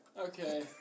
Okay